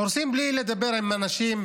הורסים בלי לדבר עם אנשים,